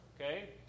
Okay